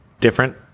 different